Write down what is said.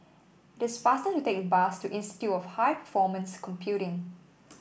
it is faster to take the bus to Institute of High Performance Computing